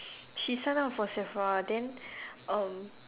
she sign up for Sephora then um